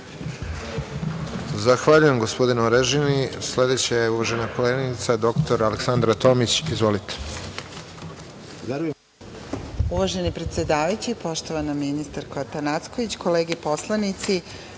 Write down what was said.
Zahvaljujem gospodinu Arežini. Sledeća je uvažena koleginica dr Aleksandra Tomić. Izvolite.